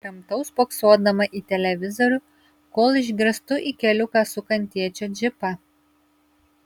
kramtau spoksodama į televizorių kol išgirstu į keliuką sukant tėčio džipą